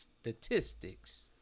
statistics